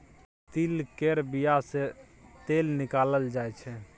तिल केर बिया सँ तेल निकालल जाय छै